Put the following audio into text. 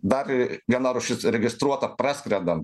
dar viena rūšis registruota praskrendant